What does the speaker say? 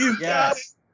Yes